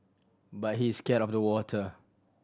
but he is scared of the water